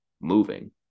moving